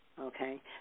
okay